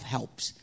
Helps